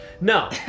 No